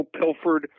Pilford